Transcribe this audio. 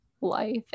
life